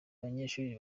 abanyeshuri